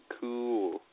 cool